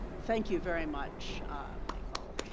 thank you very much michael.